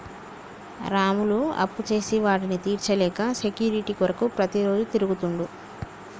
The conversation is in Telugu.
రాములు అప్పుచేసి వాటిని తీర్చలేక సెక్యూరిటీ కొరకు ప్రతిరోజు తిరుగుతుండు